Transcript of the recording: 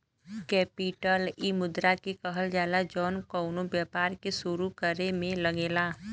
capital इ मुद्रा के कहल जाला जौन कउनो व्यापार के सुरू करे मे लगेला